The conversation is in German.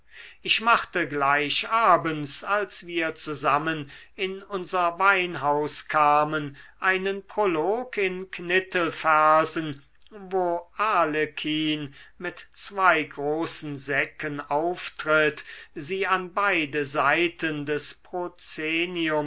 ich machte gleich abends als wir zusammen in unser weinhaus kamen einen prolog in knittelversen wo arlekin mit zwei großen säcken auftritt sie an beide seiten des